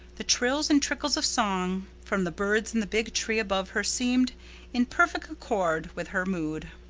the trills and trickles of song from the birds in the big tree above her seemed in perfect accord with her mood.